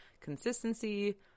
Consistency